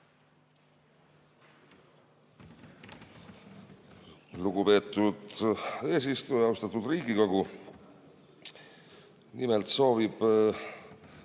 Lugupeetud eesistuja! Austatud Riigikogu! Nimelt soovib